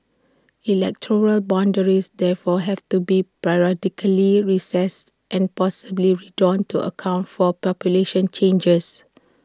electoral boundaries therefore have to be periodically reassessed and possibly redrawn to account for population changes